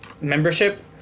membership